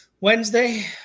Wednesday